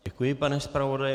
Děkuji, pane zpravodaji.